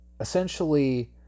essentially